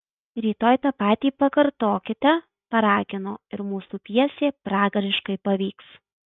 rytoj tą patį pakartokite paragino ir mūsų pjesė pragariškai pavyks